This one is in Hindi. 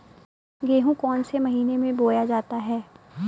गेहूँ कौन से महीने में बोया जाता है?